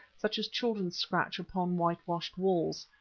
such as children scratch upon whitewashed walls.